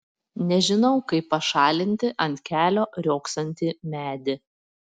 nežinau kaip pašalinti ant kelio riogsantį medį